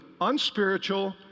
unspiritual